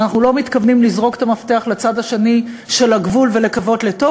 אנחנו לא מתכוונים לזרוק את המפתח לצד השני של הגבול ולקוות לטוב.